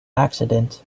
accident